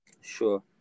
sure